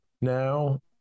now